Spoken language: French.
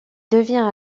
devient